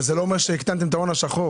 זה לא אומר שהקטנתם את ההון השחור,